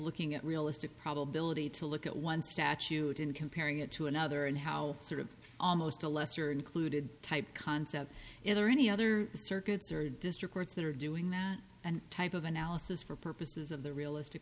looking at realistic probability to look at one statute and comparing it to another and how sort of almost a lesser included type concept it or any other circuits or district courts that are doing that and type of analysis for purposes of the realistic